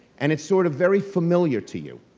and it's sort of very familiar to you.